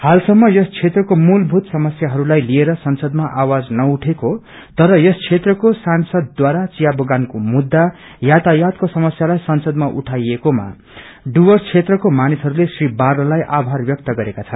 हालसम्म यस क्षेत्रको मूलभूत समस्याहरूलाई लिएर संसदमा आवाज नउठेको र यस क्षेत्रको सांसदद्वारा चिया बगानको मुद्दा यातायातको समस्यालाइ संसदमा उठाएकोमा डुर्वस क्षेत्रको मानिसहरूले श्रज्ञी बारलालाई आभार व्यक्त गरेका छन्